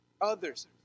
others